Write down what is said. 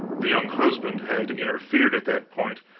the young husband had interfered at that point,